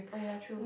oh yeah true